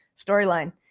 storyline